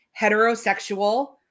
heterosexual